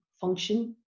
function